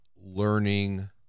learning